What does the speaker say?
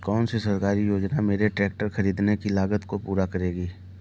कौन सी सरकारी योजना मेरे ट्रैक्टर ख़रीदने की लागत को पूरा करेगी?